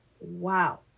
Wow